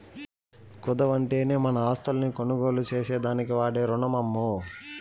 కుదవంటేనే మన ఆస్తుల్ని కొనుగోలు చేసేదానికి వాడే రునమమ్మో